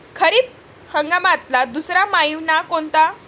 खरीप हंगामातला दुसरा मइना कोनता?